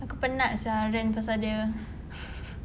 aku penat sia rant pasal dia